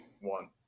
One